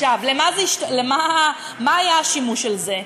עכשיו, מה היה השימוש של זה?